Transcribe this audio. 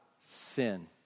sin